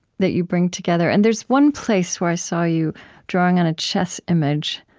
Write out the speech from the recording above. that you bring together. and there's one place where i saw you drawing on a chess image